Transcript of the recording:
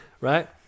right